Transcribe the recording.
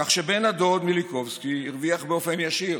כך שבן הדוד מיליקובסקי הרוויח באופן ישיר